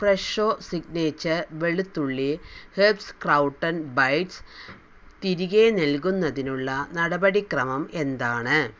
ഫ്രഷോ signature വെളുത്തുള്ളി herbs crouton bites തിരികെ നൽകുന്നതിനുള്ള നടപടി ക്രമം എന്താണ്